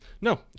No